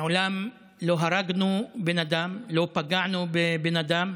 מעולם לא הרגנו בן אדם, לא פגענו בבן אדם,